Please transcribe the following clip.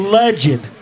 legend